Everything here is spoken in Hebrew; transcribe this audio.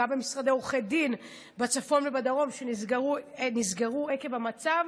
במשרדי עורכי דין בצפון ובדרום שנסגרו עקב המצב,